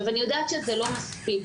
אני יודעת שזה לא מספיק.